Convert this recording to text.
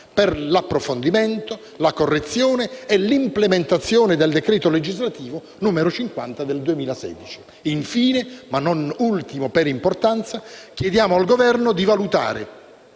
per l'approfondimento, la correzione e l'implementazione del decreto legislativo n. 50 del 2016. Infine, ma non ultimo per importanza, chiediamo al Governo di valutare